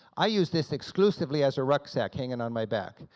i use this exclusively as a rucksack hanging on my back.